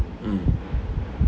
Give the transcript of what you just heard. mm